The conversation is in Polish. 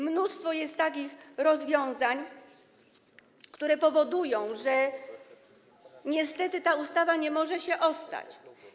Mnóstwo jest takich rozwiązań, które powodują, że niestety ta ustawa nie może się ostać.